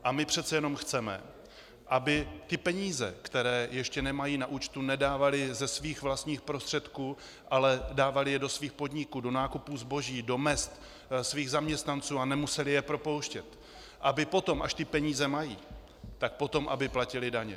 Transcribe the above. A my přece jenom chceme, aby peníze, které ještě nemají na účtu, nedávali ze svých vlastních prostředků, ale dávali je do svých podniků, do nákupu zboží, do mezd svých zaměstnanců a nemuseli je propouštět, aby potom, až ty peníze mají, tak potom aby platili daně.